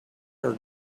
are